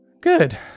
good